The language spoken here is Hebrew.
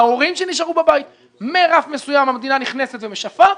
ההורים שנשארו בבית- ומרף מסוים המדינה נכנסת ומשפה.